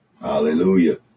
Hallelujah